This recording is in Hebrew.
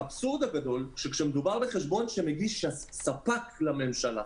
האבסורד הגדול הוא שכאשר מדובר בחשבון שמגיש ספק לממשלה,